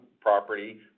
property